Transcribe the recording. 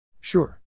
Sure